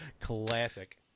Classic